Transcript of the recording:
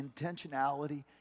intentionality